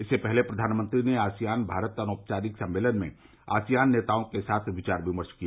इससे पहले प्रधानमंत्री ने आसियान मास्त अनौपचारिक सम्मेलन में आसियान नेताओं के साथ विचार विमर्श किया